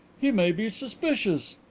he may be suspicious.